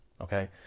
okay